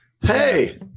hey